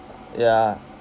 ya